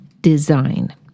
design